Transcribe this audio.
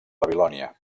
babilònia